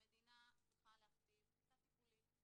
המדינה צריכה להכתיב תפיסה טיפולית,